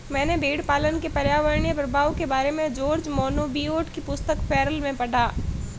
मैंने भेड़पालन के पर्यावरणीय प्रभाव के बारे में जॉर्ज मोनबियोट की पुस्तक फेरल में पढ़ा